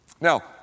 Now